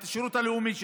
את השירות הלאומי שלהם.